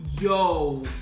Yo